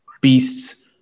Beasts